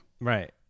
Right